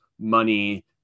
money